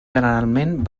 generalment